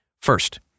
First